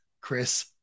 Chris